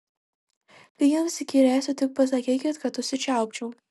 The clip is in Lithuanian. kai jums įkyrėsiu tik pasakykit kad užsičiaupčiau